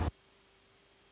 Hvala